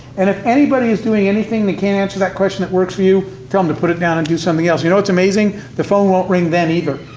and if anybody is doing anything they can't answer that question that works for you, tell them to put it down and do something else. you know what's amazing the phone won't ring then either,